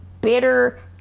bitter